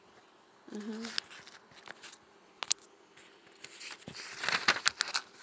mm